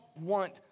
want